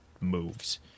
moves